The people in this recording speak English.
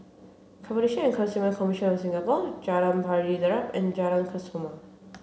Competition and Consumer Commission of Singapore Jalan Pari Dedap and Jalan Kesoma